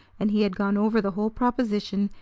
and he had gone over the whole proposition,